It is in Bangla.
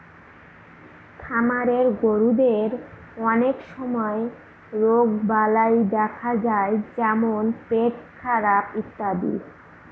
খামারের গরুদের অনেক সময় রোগবালাই দেখা যায় যেমন পেটখারাপ ইত্যাদি